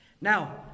Now